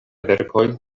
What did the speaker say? verkoj